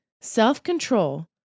self-control